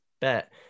bet